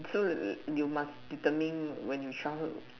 so you must determine when you childhood